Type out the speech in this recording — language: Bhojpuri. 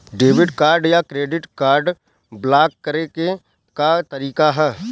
डेबिट या क्रेडिट कार्ड ब्लाक करे के का तरीका ह?